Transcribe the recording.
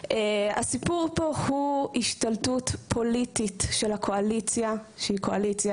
הסיפור פה הוא השתלטות פוליטית של הקואליציה שהיא קואליציה